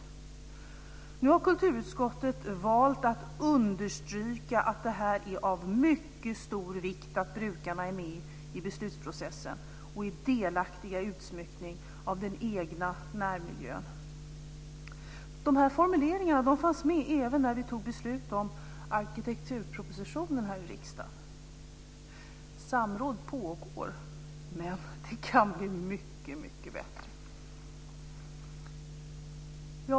Nu har kulturutskottet valt att understryka att det är av mycket stor vikt att brukarna är med i beslutsprocessen och är delaktiga i utsmyckning av den egna närmiljön. De här formuleringarna fanns med även när vi fattade beslut om arkitekturpropositionen här i riksdagen. Samråd pågår, men det kan bli mycket bättre.